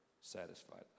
satisfied